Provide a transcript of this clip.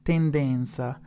Tendenza